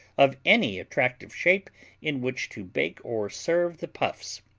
of any attractive shape in which to bake or serve the puffs.